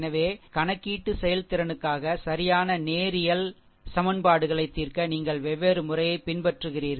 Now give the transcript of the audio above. எனவே கணக்கீட்டு செயல்திறனுக்காக சரியான நேரியல் சமன்பாடுகளை தீர்க்க நீங்கள் வெவ்வேறு முறையைப் பின்பற்றுகிறீர்கள்